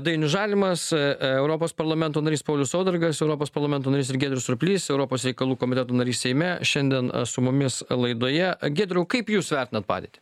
dainius žalimas europos parlamento narys paulius saudargas europos parlamento narys ir giedrius surplys europos reikalų komiteto narys seime šiandien su mumis laidoje giedriau kaip jūs vertinat padėtį